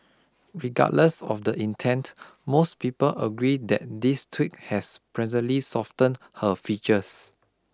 regardless of the intent most people agree that this tweak has pleasantly softened her features